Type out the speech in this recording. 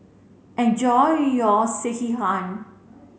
enjoy your Sekihan